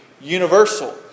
universal